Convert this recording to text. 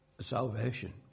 Salvation